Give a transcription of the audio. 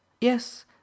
Yes